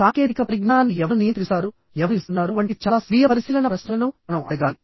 సాంకేతిక పరిజ్ఞానాన్ని ఎవరు నియంత్రిస్తారు ఎవరు ఇస్తున్నారు వంటి చాలా స్వీయ పరిశీలన ప్రశ్నలను మనం అడగాలి